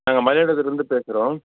நாங்கள் மயிலாடுதுறையிலிருந்து பேசுகிறோம்